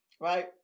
right